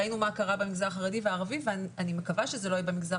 ראינו מה קרה במגזר החרדי והערבי ואני מקווה שזה לא יהיה במגזר